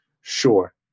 Sure